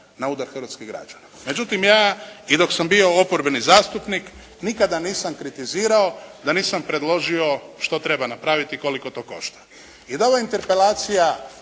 na udar hrvatskih građana. Međutim ja, i dok sam bio oporbeni zastupnik nikada nisam kritizirao da nisam predložio što treba napraviti i koliko to košta. I da ova interpelacija